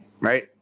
right